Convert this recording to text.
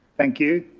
thank you.